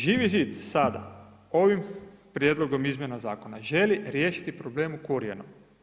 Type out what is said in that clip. Živi zid sada ovim prijedlogom izmjena zakona želi riješiti problem u korijenu.